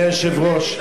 אדוני היושב-ראש,